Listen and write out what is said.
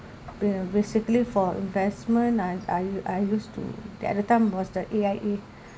uh basically for investment I I I used to the other time was the A_I_A